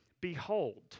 behold